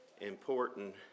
important